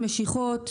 שמיכות,